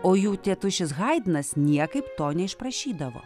o jų tėtušis haidnas niekaip to neišprašydavo